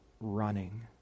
running